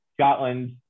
Scotland